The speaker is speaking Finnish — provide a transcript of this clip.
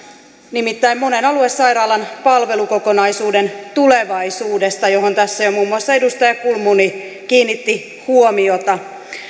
nimittäin monen aluesairaalan palvelukokonaisuuden tulevaisuudesta johon tässä jo muun muassa edustaja kulmuni kiinnitti huomiota